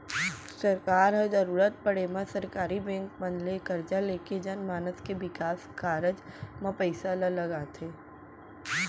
सरकार ह जरुरत पड़े म सरकारी बेंक मन ले करजा लेके जनमानस के बिकास कारज म पइसा ल लगाथे